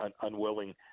unwilling